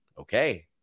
okay